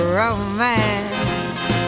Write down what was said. romance